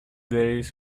days